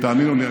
ותאמינו לי,